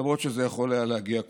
למרות שזה יכול היה להגיע קודם.